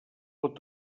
pot